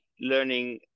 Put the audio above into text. learning